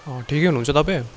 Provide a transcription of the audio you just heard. ठिकै हुनुहुन्छ तपाईँ